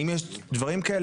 האם יש דברים כאלה?